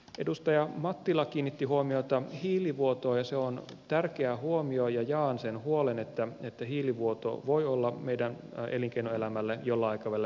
edustaja mattila kiinnitti huomiota hiilivuotoon ja se on tärkeä huomio ja jaan sen huolen että hiilivuoto voi olla meidän elinkeinoelämällemme jollain aikavälillä merkittävä uhka